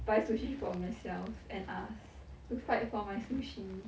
buy sushi for myself and us looks quite for my sushi